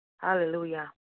Hallelujah